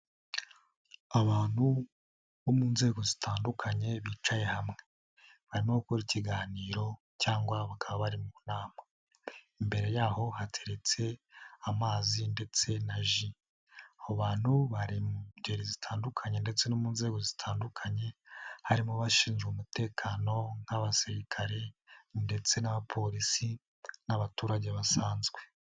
Abantu bo mu nzego zitandukanye bicaye hamwe, barimo gukora ikiganiro cyangwa bakaba bari mu nama. Imbere yaho hateretse amazi ndetse na ji. Abo bantu bari mu ngeri zitandukanye ndetse no mu nzego zitandukanye, harimo abashinzwe umutekano nk'abasirikare ndetse n'abapolisi n'abaturage basanzwe.